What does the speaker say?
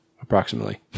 Approximately